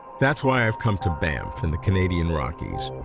that's why i've come to banff in the canadian rockies.